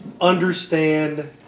understand